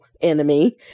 enemy